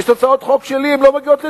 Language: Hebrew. יש הצעות חוק שלי, הן לא מגיעות לדיון.